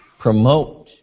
promote